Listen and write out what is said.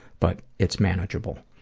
but it's manageable.